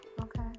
Okay